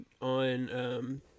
on